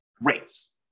rates